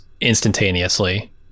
instantaneously